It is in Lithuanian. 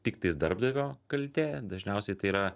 tiktais darbdavio kaltė dažniausiai tai yra